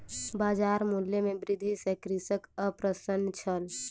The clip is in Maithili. बजार मूल्य में वृद्धि सॅ कृषक अप्रसन्न छल